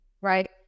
right